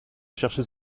chercher